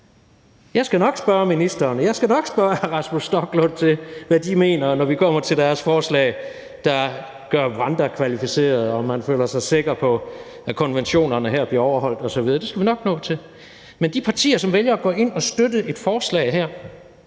Jeg skal nok spørge ministeren, og jeg skal nok spørge hr. Rasmus Stoklund, når vi kommer til deres forslag, om, hvad de mener gør Rwanda kvalificeret, og om man føler sig sikker på, at konventionerne her bliver overholdt osv. Det skal vi nok nå til. Men de partier, som vælger at gå ind og støtte et forslag her,